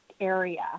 area